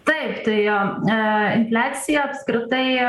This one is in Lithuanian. taip tai a infliacija apskritai